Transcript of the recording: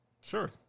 Sure